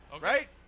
right